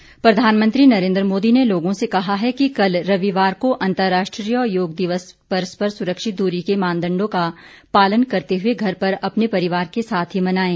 योग दिवस प्रधानमंत्री नरेन्द्र मोदी ने लोगों से कहा है कि कल रविवार को अंतरराष्ट्रीय योग दिवस पररस्पर सुरक्षित दूरी के मानदंडों का पालन करते हुए घर पर अपने परिवार के साथ ही मनाएं